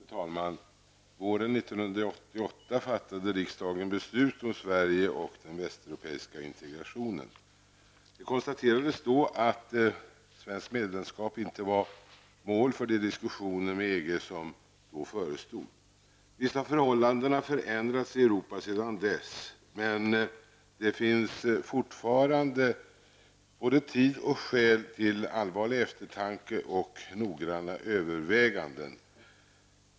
Fru talman! Våren 1988 fattade riksdagen beslut om Sverige och den västeuropeiska integrationen. Det konstaterades då att svenskt medlemskap inte var mål för de diskussioner med EG som då förestod. Visst har förhållandena ändrats i Europa sedan dess. Men det finns fortfarande både tid och skäl till allvarlig eftertanke och noggranna överväganden.